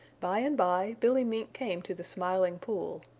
by and by billy mink came to the smiling pool.